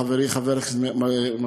חברי חבר הכנסת מלכיאלי,